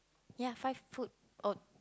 ya five put oh